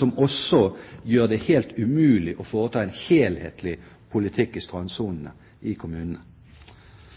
som også gjør det helt umulig å føre en helhetlig politikk i strandsonene i kommunene.